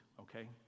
okay